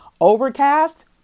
Overcast